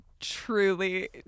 Truly